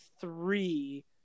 three